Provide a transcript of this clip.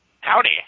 howdy